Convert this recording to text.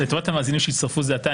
לטובת המאזינים שהצטרפו זה עתה,